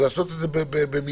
לעשות את זה במדרוג.